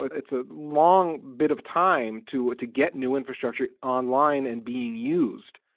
it's a long bit of time to to get new infrastructure online and being used.